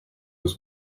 was